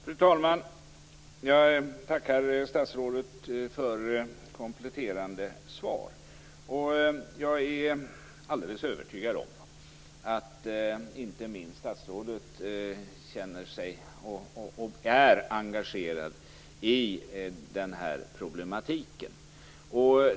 Fru talman! Jag tackar statsrådet för kompletterande svar. Jag är alldeles övertygad om att inte minst statsrådet känner sig, och är, engagerad i den här problematiken.